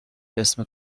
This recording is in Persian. اسم